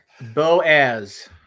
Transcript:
Boaz